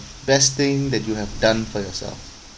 best thing that you have done for yourself